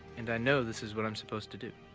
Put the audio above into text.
and i know this is what i'm supposed to do.